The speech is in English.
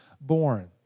born